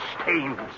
stains